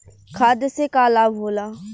खाद्य से का लाभ होला?